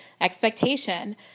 expectation